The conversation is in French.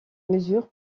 mesure